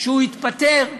כשהוא התפטר,